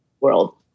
world